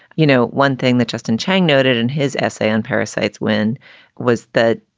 you know, one thing that justin chang noted in his essay on parasite's, when was that?